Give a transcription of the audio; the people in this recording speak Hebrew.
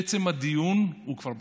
עצם הדיון הוא כבר ברכה,